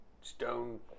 stone